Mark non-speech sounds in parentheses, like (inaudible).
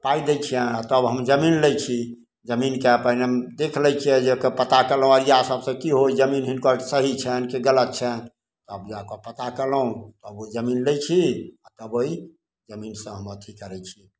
पाइ दै छियनि तब हम जमीन लै छी जमीनके अपन हम देख लै छियै जे ओकर पता कयलहुँ (unintelligible) जमीन हिनकर सही छनि की गलत छनि तब जा कऽ पता कयलहुं तब ओ जमीन लै छी तब ओ जमीन सँ हम अथी करय छी